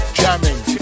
jamming